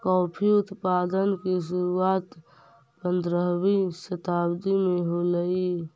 coffee उत्पादन की शुरुआत पंद्रहवी शताब्दी में होलई